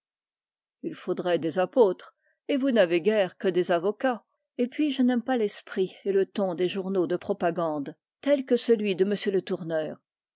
il faudrait des apôtres et vous n'avez guère que des avocats et puis je n'aime pas l'esprit et le ton des journaux de propagande tels que celui de m le tourneur